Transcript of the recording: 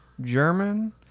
German